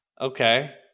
Okay